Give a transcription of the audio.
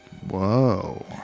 Whoa